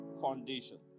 foundation